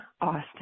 Austin